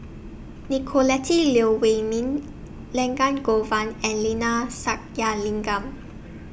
Nicolette Teo Wei Min Elangovan and Neila Sathyalingam